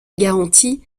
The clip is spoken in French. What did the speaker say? garantie